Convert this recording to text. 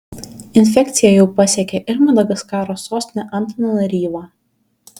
infekcija jau pasiekė ir madagaskaro sostinę antananaryvą